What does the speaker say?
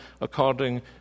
according